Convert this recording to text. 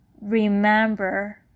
remember